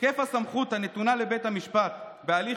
היקף הסמכות הנתונה לבית המשפט בהליך